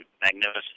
magnificent